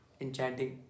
enchanting